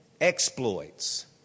Exploits